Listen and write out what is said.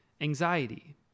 anxiety